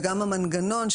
וגם המנגנון,